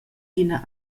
d’ina